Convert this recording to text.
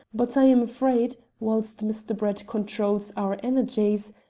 but i am afraid, whilst mr. brett controls our energies,